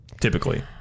Typically